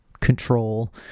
control